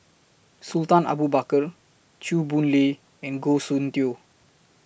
Sultan Abu Bakar Chew Boon Lay and Goh Soon Tioe